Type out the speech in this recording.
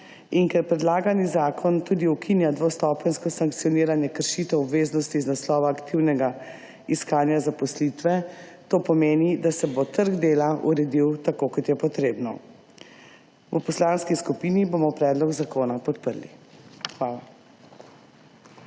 In ker predlagani zakon tudi ukinja dvostopenjsko sankcioniranje kršitev obveznosti iz naslova aktivnega iskanja zaposlitve, to pomeni, da se bo trg dela uredil tako kot je potrebno. V poslanski skupini bomo predlog zakona podprli.